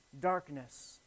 darkness